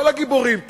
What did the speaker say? כל הגיבורים פה,